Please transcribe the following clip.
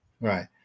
Right